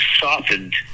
softened